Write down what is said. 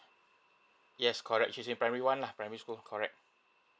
yes correct she's in primary one lah primary school correct